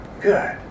good